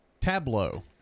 Tableau